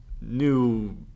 new